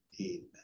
Amen